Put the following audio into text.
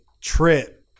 trip